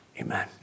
Amen